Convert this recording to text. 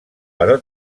però